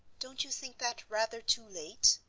don't you think that rather too late?